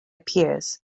appears